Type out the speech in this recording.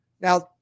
Now